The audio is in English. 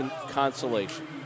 consolation